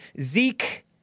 Zeke